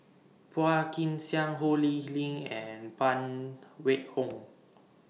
Phua Kin Siang Ho Lee Ling and Phan Wait Hong